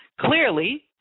Clearly